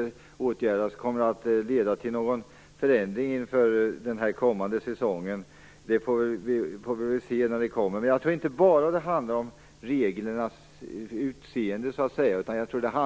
att vidtas kommer att leda till någon förändring inför den kommande säsongen, det får vi se. Men jag tror inte att det bara handlar om reglernas utseende utan också